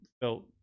felt